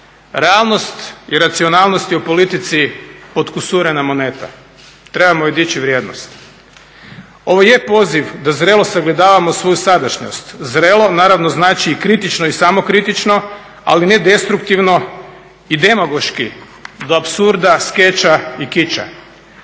Realnost i racionalnost je u politici potkosurana moneta, trebamo još dići vrijednost. Ovo je poziv da zrelo sagledavamo svoju sadašnjost. Zrelo naravno znači i kritično i samokritično, ali ne destruktivno i demagoški do apsurda, skeča i kiča.